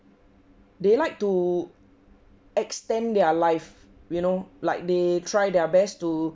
they like to extend their life you know like they try their best to